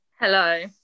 Hello